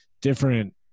different